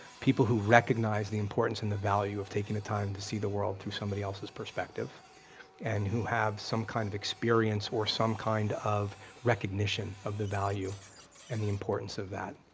people who recognize the importance and the value of taking the time to see the world through somebody else's perspective and who has some kind of experience, or some kind of recognition of the value and the importance of that,